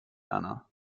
erna